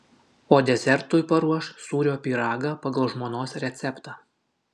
o desertui paruoš sūrio pyragą pagal žmonos receptą